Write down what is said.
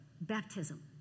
baptism